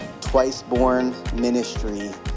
twicebornministry